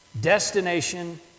destination